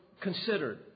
considered